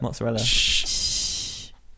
mozzarella